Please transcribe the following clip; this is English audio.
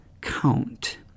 count